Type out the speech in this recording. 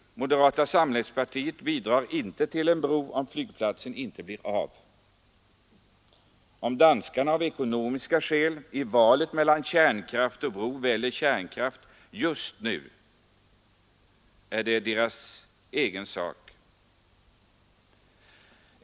Moderata samlingspartiet bidrar inte till en bro, om flygplatsen inte blir av. Om danskarna av ekonomiska skäl i valet mellan kärnkraft och bro väljer kärnkraften just nu, så är det deras egen sak.